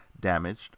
damaged